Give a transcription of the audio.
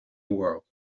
world